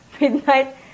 midnight